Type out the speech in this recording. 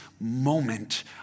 moment